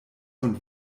und